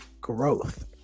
growth